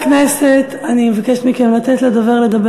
מה צריך את הדיון הזה?